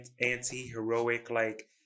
anti-heroic-like